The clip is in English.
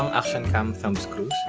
um action cam thumb screws